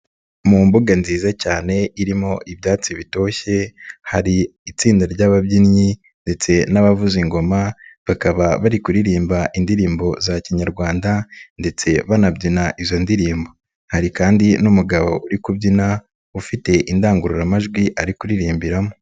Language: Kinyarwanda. Mu mbuga nziza cyane irimo ibyatsi bitoshye hari itsinda ry'ababyinnyi ndetse n'abavuza ingoma bakaba bari kuririmba indirimbo za kinyarwanda ndetse banabyina izo ndirimbo, hari kandi n'umugabo uri kubyina ufite indangururamajwi ari kuririmbiramo.